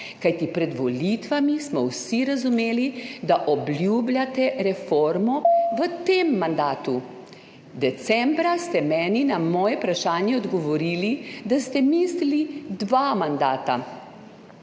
Kajti pred volitvami smo vsi razumeli, da obljubljate reformo v tem mandatu, decembra ste meni na moje vprašanje odgovorili, da ste mislili dva mandata.